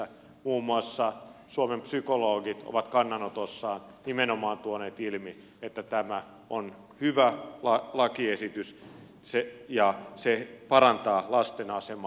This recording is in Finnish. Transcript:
muun muassa suomen psykologit ovat kannanotossaan nimenomaan tuoneet ilmi että tämä on hyvä lakiesitys ja se parantaa lasten asemaa